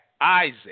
Isaac